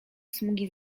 smugi